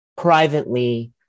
Privately